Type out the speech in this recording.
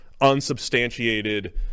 unsubstantiated